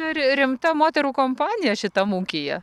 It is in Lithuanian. rimta moterų kompanija šitam ūkyje